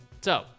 So-